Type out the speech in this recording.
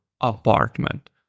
apartment